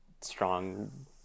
strong